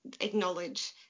acknowledge